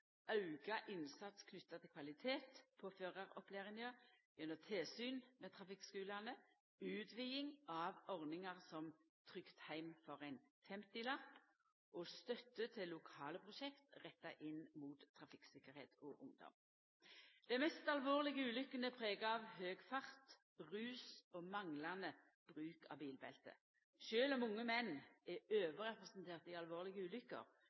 auka innsats knytt til kvaliteten på føraropplæringa gjennom tilsyn med trafikkskulane, utviding av ordningar som «Trygt heim for ein 50-lapp» og støtte til lokale prosjekt retta inn mot trafikktryggleik og ungdom. Dei mest alvorlege ulukkene er prega av høg fart, rus og manglande bruk av bilbelte. Sjølv om unge menn er overrepresenterte i alvorlege